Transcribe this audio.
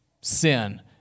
sin